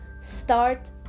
start